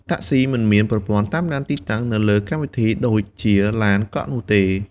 តាក់ស៊ីមិនមានប្រព័ន្ធតាមដានទីតាំង នៅលើកម្មវិធីដូចជាឡានកក់នោះទេ។